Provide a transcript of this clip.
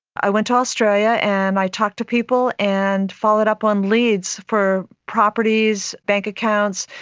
i went to australia and i talked to people and followed up on leads for properties, bank accounts,